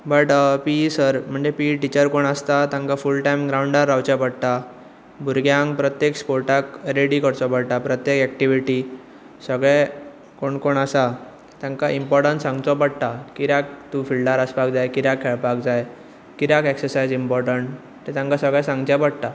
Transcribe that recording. but PE sir म्हणजे PE teacher कोण आसता तांकां फूल टायम ग्रांवडार रावचें पडटा भुरग्यांक प्रत्येक स्पोर्टाक रेडी करचो पडटा प्रत्येक एकटिवीटी सगळे कोण कोण आसा तांकां इंपोर्टंस सांगचो पडटा कित्याक तूं फिल्डार आसपाक जाय कित्याक खेळपाक जाय कित्याक एक्ससायज इंपोर्टंट तें तांकां सगळें सांगचें पडटा